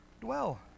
dwell